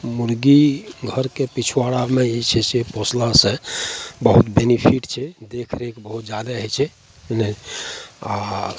मुरगी घरके पिछुआड़ामे जे छै से पोसलासे बहुत बेनिफिट छै देखरेख बहुत जादे होइ छै ओ नहि आओर